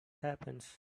happens